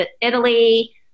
Italy